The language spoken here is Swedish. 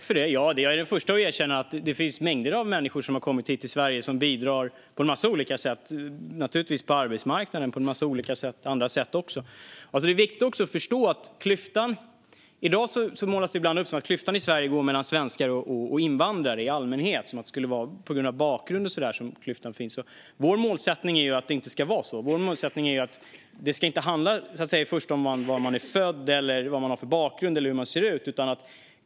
Fru talman! Jag är den första att erkänna att det finns mängder av människor som har kommit hit till Sverige och som bidrar på arbetsmarknaden och på en massa andra sätt. I dag målas det ibland upp som om klyftan i Sverige går mellan svenskar och invandrare i allmänhet, att klyftorna skulle bero på människors bakgrund. Vår målsättning är ju att det inte ska vara så. Vår målsättning är att det inte i första hand ska handla om var man är född, vad man har för bakgrund eller hur man ser ut.